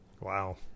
Wow